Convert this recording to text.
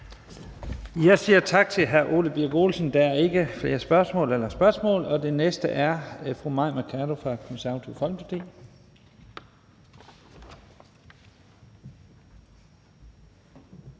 Jeg siger tak til hr. Ole Birk Olesen. Der er ikke flere spørgsmål. Den næste er fru Mai Mercado fra Det Konservative Folkeparti.